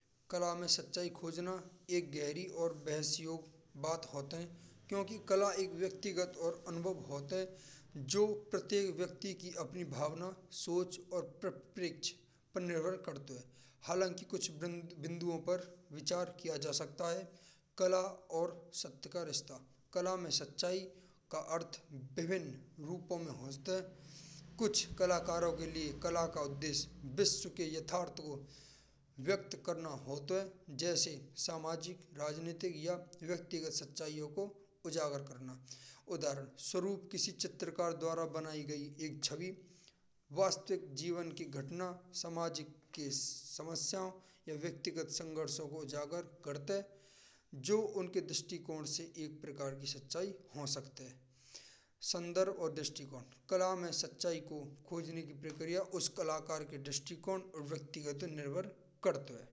कला में सच्चाई खोजना एक गहरी और बहस योग्य बात होत है क्योंकि कला एक व्यक्तिगत और अनुभव होत है। जो प्रत्येक व्यक्ति की अपनी भावना सोच और व्राप परिप्रेक्ष पर निर्भर करतो है। हाला कि कुछ बिंदुओं पर विचार किया जा सकता है। कला और सत्य का रिश्ता कला में सच्चाई का अर्थ विभिन्न रूपों में हो सकती है। कुछ कला कारों के लिए कला का उद्देश्य विश्व के यथार्थ को व्यक्त करना होत है। जैसे सामाजिक राजनैतिक या व्यक्तिगत सच्चाइयों को उजागर करना। उदाहरण स्वरूप किसी चित्रकार द्वारा बनाई गई एक छवि वास्तविक जीवन की घटना सामाजिक के समस्याओं या व्यक्तिगत संघर्षों को उजागर करते। जो उनके दृष्टिकोड से एक प्रकार की सच्चाई हो सकते हैं। संदर्भ और दृष्टिकोड कला में सच्चाई को खोजने की प्रक्रिया उस कलाकार के दृष्टिकोड और व्यक्तिगत निर्भर करतो है।